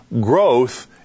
growth